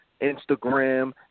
Instagram